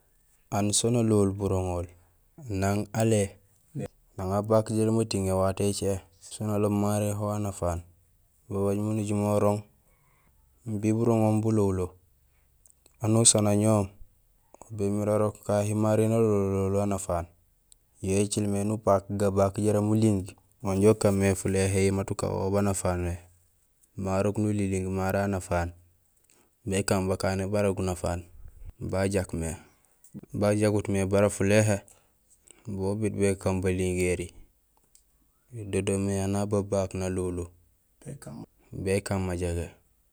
Aan sén alohul buroŋol; nang alé nang abak jaraam atiiŋ éwato écé siin aloob ho maré anafaan babaj miin ujumé urooŋ imbi buroŋoom bulohulo anusaan añohoom ho bémiir arok kahi maré nalohulo lohulo anafaan yo écilmé éni ufaak gabaak jaraam uling wanja ukaan mé fuléhéhi mat ukan wo aw banafané marok nuliling maré aw anafaan békaan bakané bara gunafaan bajak mé bajagut mé bara fuléhé bo ubiit bo ékaan balingéri do doomé aan hababak nalohulo békaan majagé.